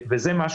זה דבר